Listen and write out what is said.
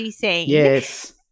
yes